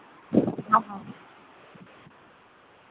ᱚ ᱦᱚ